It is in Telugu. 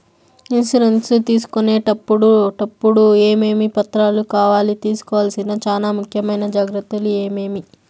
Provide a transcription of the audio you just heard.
ఇన్సూరెన్సు తీసుకునేటప్పుడు టప్పుడు ఏమేమి పత్రాలు కావాలి? తీసుకోవాల్సిన చానా ముఖ్యమైన జాగ్రత్తలు ఏమేమి?